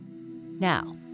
Now